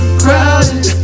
crowded